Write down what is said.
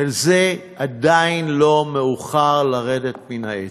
ועדיין לא מאוחר לרדת מן העץ.